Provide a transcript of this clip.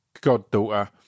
goddaughter